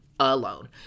alone